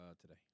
Today